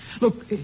Look